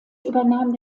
übernahm